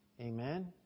Amen